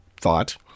thought